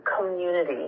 community